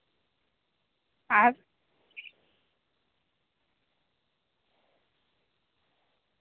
ᱟᱨ